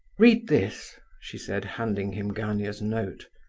read this, she said, handing him gania's note.